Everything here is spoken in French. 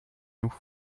nous